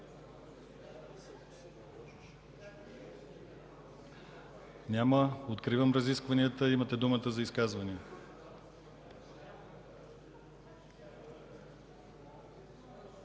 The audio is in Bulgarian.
Няма. Откривам разискванията. Имате думата за изказвания.